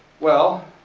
well,